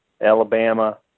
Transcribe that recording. Alabama